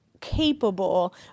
capable